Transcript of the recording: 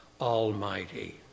Almighty